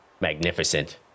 magnificent